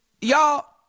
Y'all